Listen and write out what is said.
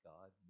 God